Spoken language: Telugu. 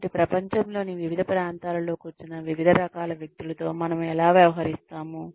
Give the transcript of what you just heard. కాబట్టి ప్రపంచంలోని వివిధ ప్రాంతాలలో కూర్చున్న వివిధ రకాల వ్యక్తులతో మనము ఎలా వ్యవహరిస్తాము